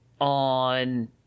on